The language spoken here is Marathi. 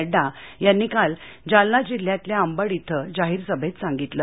नड्डा यांनी काल जालना जिल्ह्यातल्या अंबड इथं जाहीर सभेत सांगितलं